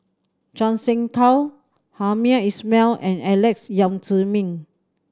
Zhuang Shengtao Hamed Ismail and Alex Yam Ziming